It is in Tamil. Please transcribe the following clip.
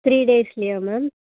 த்ரீ டேஸ்லையா மேம்